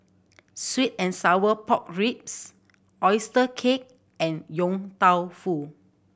sweet and sour pork ribs oyster cake and Yong Tau Foo